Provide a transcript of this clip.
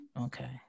okay